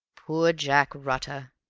poor jack rutter!